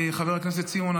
חבר הכנסת סימון,